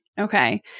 Okay